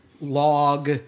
log